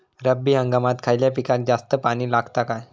रब्बी हंगामात खयल्या पिकाक जास्त पाणी लागता काय?